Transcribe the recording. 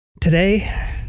Today